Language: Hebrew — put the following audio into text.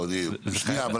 שנייה.